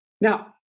Now